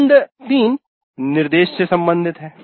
खंड 3 निर्देश से संबंधित है